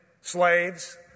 slaves